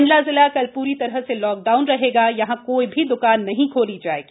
मंडला जिला कल प्री तरह लॉकडाउन रहेगा यहां कोई भी द्वकान नहीं खोली जाएगी